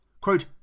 Quote